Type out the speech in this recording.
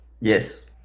Yes